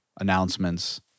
announcements